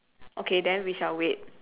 okay then we shall wait